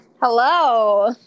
Hello